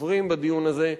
הדוברים בדיון הזה,